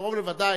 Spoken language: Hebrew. קרוב לוודאי